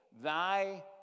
thy